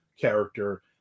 character